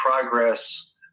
progress